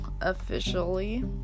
officially